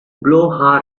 blow